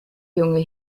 junge